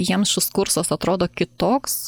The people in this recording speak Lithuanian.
jiems šis kursas atrodo kitoks